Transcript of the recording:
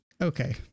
Okay